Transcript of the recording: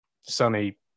Sonny